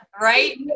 right